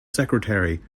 secretary